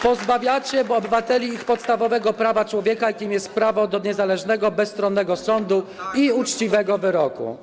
Pozbawiacie obywateli ich podstawowego prawa człowieka, jakim jest prawo do niezależnego, bezstronnego sądu i uczciwego wyroku.